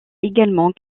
également